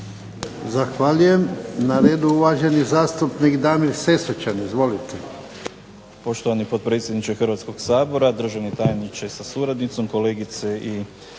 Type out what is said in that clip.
Zahvaljujem. Na redu je uvaženi zastupnik Damir Sesvečan. Izvolite.